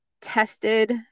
tested